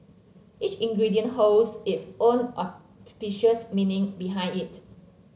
each ingredient holds its own auspicious meaning behind it